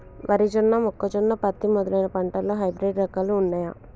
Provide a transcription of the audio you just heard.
వరి జొన్న మొక్కజొన్న పత్తి మొదలైన పంటలలో హైబ్రిడ్ రకాలు ఉన్నయా?